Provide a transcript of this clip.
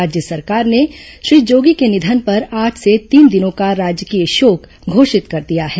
राज्य सरकार ने श्री जोगी के निधन पर आज से तीन दिनों का राजकीय शोक घोषित कर दिया है